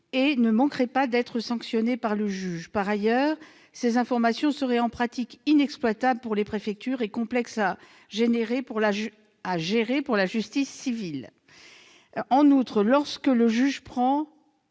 et ne manquerait pas d'être sanctionnée par le juge. Par ailleurs, ces informations seraient en pratique inexploitables pour les préfectures et complexes à gérer pour la justice civile. En outre, lorsque le juge ordonne